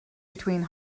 between